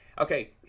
Okay